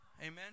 Amen